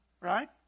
right